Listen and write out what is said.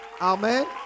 amen